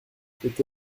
peut